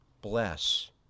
Bless